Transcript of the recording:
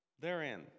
therein